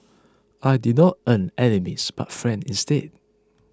I did not earn enemies but friends instead